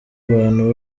abantu